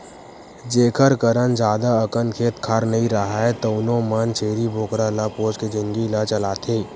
जेखर करन जादा अकन खेत खार नइ राहय तउनो मन छेरी बोकरा ल पोसके जिनगी ल चलाथे